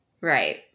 Right